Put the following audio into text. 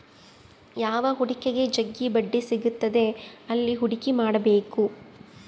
ಯಾವ ಹೂಡಿಕೆಗ ಜಗ್ಗಿ ಬಡ್ಡಿ ಸಿಗುತ್ತದೆ ಅಲ್ಲಿ ಹೂಡಿಕೆ ಮಾಡ್ಬೇಕು